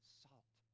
salt